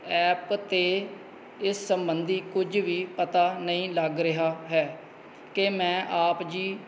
app 'ਤੇ ਇਸ ਸਬੰਧੀ ਕੁਝ ਵੀ ਪਤਾ ਨਹੀਂ ਲੱਗ ਰਿਹਾ ਹੈ ਕਿ ਮੈਂ ਆਪ ਜੀ